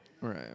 Right